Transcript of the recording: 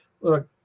look